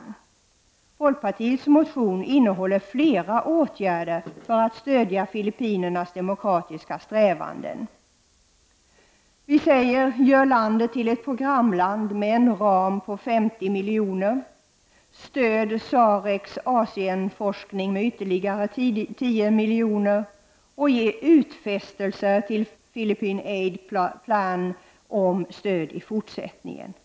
I folkpartiets motion föreslås flera åtgärder för att stödja Filippinernas demokratiska strävanden. Vi säger: Gör landet till ett programland med en ram på 50 milj.kr. Stöd SAREKs Asienforskning med ytterligare 10 milj.kr., och ge utfästelser till Philippine Aid Plan om stöd i fortsättningen.